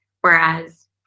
Whereas